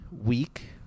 week